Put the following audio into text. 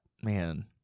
man